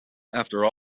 after